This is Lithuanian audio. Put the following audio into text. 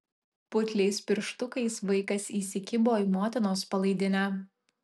putliais pirštukais vaikas įsikibo į motinos palaidinę